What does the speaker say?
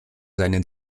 seinen